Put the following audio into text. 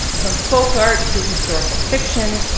from folk art to historical fiction,